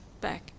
back